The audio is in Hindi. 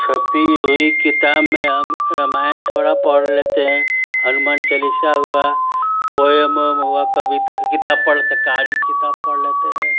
छपी हुई किताब में हम रमायन थोड़ा पढ़ लेते हैं हनुमान चलीसा हुआ पोएम ओएम हुआ कविता की किताब पढ़ लेते कहानी की किताब पढ़ लेते हैं